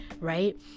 right